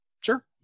Sure